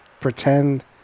pretend